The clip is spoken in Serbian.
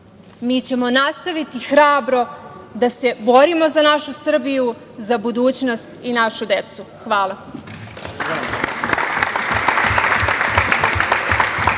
Mi ćemo nastaviti hrabro da se borimo za našu Srbiju, za budućnost i našu decu. Hvala.